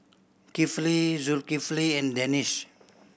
Kifli Zulkifli and Danish